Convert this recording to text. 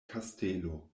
kastelo